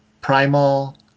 Primal